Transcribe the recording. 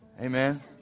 Amen